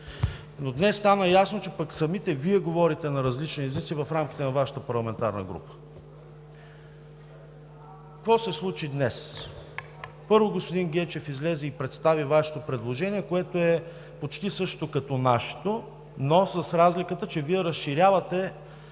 но днес стана ясно, че пък самите Вие говорите на различни езици в рамките на Вашата парламентарна група. Какво се случи днес? Първо, господин Гечев излезе и представи Вашето предложение, което е почти същото като нашето, но с разликата, че Вие разширявате